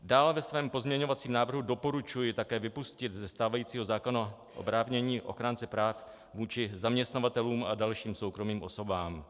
Dále ve svém pozměňovacím návrhu doporučuji také vypustit ze stávajícího zákona oprávnění ochránce práv vůči zaměstnavatelům a dalším soukromým osobám.